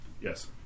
Yes